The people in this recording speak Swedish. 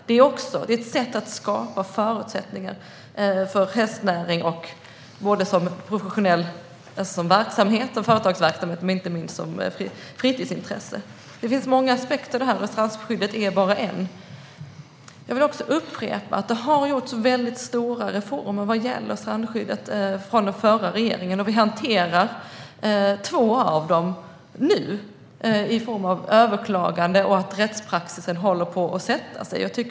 Detta är ett sätt att skapa förutsättningar för hästnäring såsom professionell företagsverksamhet och fritidsintresse. Här finns många aspekter, varav strandskyddet endast är en. Jag vill upprepa att den förra regeringen genomförde stora reformer vad gäller strandskyddet. Vi hanterar nu två av dem i form av överklagande och genom att rättspraxis håller på att sätta sig.